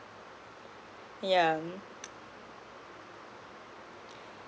yeah mm